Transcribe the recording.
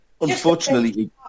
Unfortunately